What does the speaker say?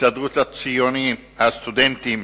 הסתדרות הסטודנטים